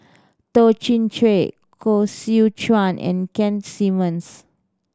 Toh Chin Chye Koh Seow Chuan and Keith Simmons